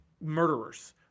murderers